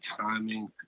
timing